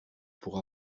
pour